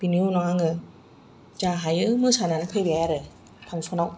बेनि उनाव आङो जा मोसानानै फैबाय आरो फांसनाव